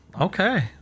Okay